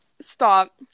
Stop